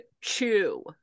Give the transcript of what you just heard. Chew